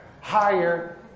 higher